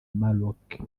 maroc